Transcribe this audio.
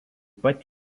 pat